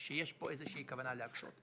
שיש פה איזו שהיא כוונה להקשות.